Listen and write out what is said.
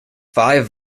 five